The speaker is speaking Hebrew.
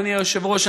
אדוני היושב-ראש,